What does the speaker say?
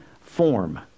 form